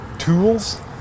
tools